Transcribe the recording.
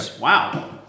Wow